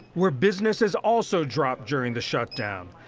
where business has also dropped during the shutdown.